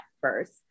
first